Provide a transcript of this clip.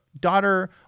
daughter